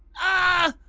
ah.